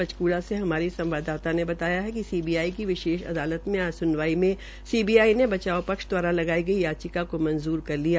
पंचकूला से हमारी संवाददाता ने बताया कि सीबीआई की विशेष अदालत में आज सुनवाई में सीबीआई ने बचाव पक्ष द्वारा लगाई गई याचिका को मंजूर कर लिया